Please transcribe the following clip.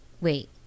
wait